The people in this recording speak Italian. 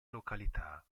località